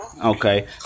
Okay